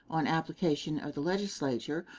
on application of the legislature,